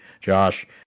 Josh